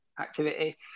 activity